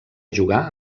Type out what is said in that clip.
jugar